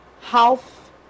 half